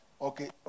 okay